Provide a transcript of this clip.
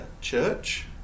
church